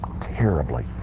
terribly